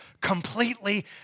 completely